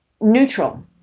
neutral